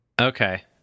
Okay